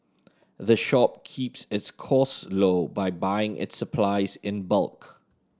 the shop keeps its costs low by buying its supplies in bulk